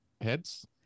heads